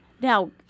Now